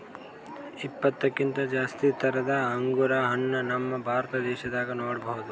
ಇಪ್ಪತ್ತಕ್ಕಿಂತ್ ಜಾಸ್ತಿ ಥರದ್ ಅಂಗುರ್ ಹಣ್ಣ್ ನಮ್ ಭಾರತ ದೇಶದಾಗ್ ನೋಡ್ಬಹುದ್